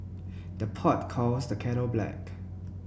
the pot calls the kettle black